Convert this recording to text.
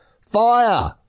FIRE